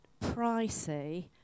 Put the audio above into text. pricey